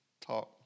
talk